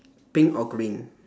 pink or green